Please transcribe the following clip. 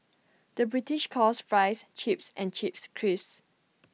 the British calls Fries Chips and Chips Crisps